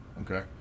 okay